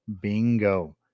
bingo